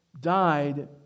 died